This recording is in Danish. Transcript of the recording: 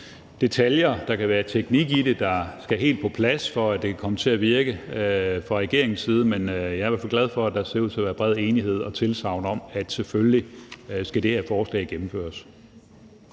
være detaljer og at der kan være teknik i det, der skal helt på plads, for at det kan komme til at virke fra regeringens side, men jeg er i hvert fald glad for, at der ser ud til at være bred enighed og tilsagn om, at selvfølgelig skal det her forslag gennemføres.